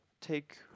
take